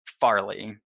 Farley